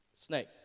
snake